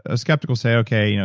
a skeptic will say, okay, you know